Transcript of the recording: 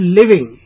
living